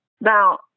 Now